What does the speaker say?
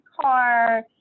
car